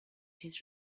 his